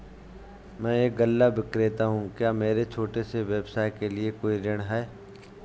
मैं एक गल्ला विक्रेता हूँ क्या मेरे छोटे से व्यवसाय के लिए कोई ऋण है?